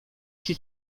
się